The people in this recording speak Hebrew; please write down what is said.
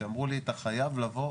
שאמרו לי: אתה חייב לבוא,